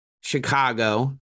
Chicago